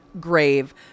grave